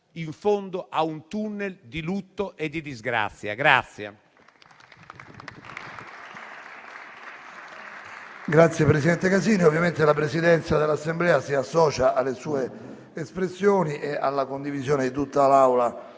in fondo a un *tunnel* di lutto e di disgrazia.